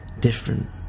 different